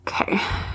Okay